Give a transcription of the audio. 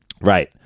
Right